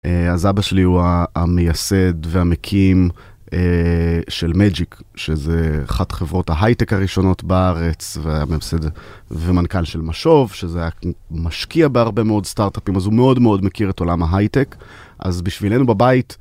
אה אז אבא שלי הוא המייסד והמקים אה של מג'יק שזה אחת החברות ההייטק הראשונות בארץ והמייסד ומנכ"ל של משוב שזה משקיע בהרבה מאוד סטארטאפים אז הוא מאוד מאוד מכיר את עולם ההייטק אז בשבילנו בבית